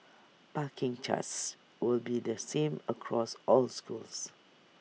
parking charges will be the same across all schools